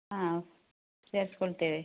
ಹಾಂ ಸೇರ್ಸ್ಕೊತೇವೆ